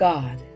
God